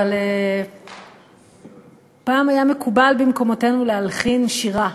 אבל פעם היה מקובל במקומותינו להלחין שירה,